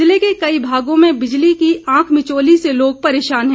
जिले के कई भागों में बिजली की आंख मिचौनी से लोग परेशान हैं